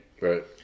Right